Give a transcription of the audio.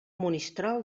monistrol